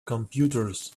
computers